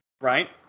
Right